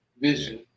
vision